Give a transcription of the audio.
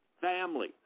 family